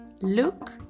Look